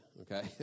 okay